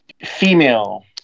female